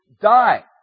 die